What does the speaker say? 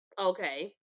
okay